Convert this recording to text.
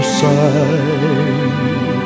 side